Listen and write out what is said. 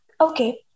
okay